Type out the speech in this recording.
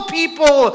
people